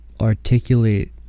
articulate